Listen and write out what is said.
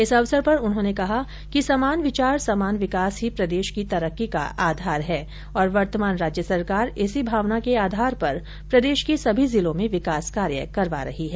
इस अवसर पर उन्होंने कहा कि समान विचार समान विकास ही प्रदेश की तरक्की का आधार है और वर्तमान राज्य सरकार इसी भावना के आधार पर प्रदेश के सभी जिलों में विकास कार्य करवा रही है